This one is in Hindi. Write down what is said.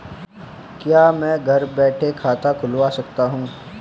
क्या मैं घर बैठे खाता खुलवा सकता हूँ?